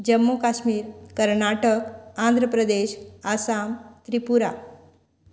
Jammu Kashmir Karnataka Andhra Pradesh Assam Tripura